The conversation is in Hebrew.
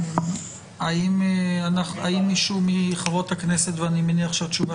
האם מישהו מחברות הכנסת - ואני מניח שהתשובה